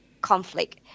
conflict